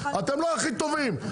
אתם לא הכי טובים,